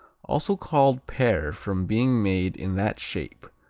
also called pear from being made in that shape,